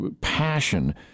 passion